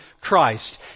Christ